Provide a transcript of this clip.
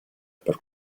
per